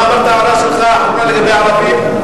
מה ההערה שלך לגבי ערבים?